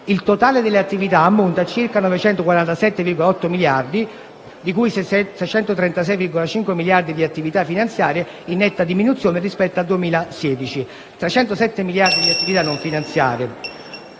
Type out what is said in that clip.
Il totale delle attività ammonta circa 947,8 miliardi, di cui 736,5 miliardi di attività finanziarie, in netta diminuzione rispetto a 2016, e 307 miliardi di attività non finanziarie.